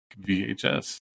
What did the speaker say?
VHS